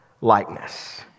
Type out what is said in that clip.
likeness